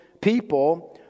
people